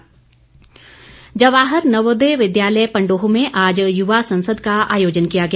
रामस्वरूप जवाहर नवोदय विद्यालय पंडोह में आज युवा संसद का आयोजन किया गया